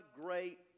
great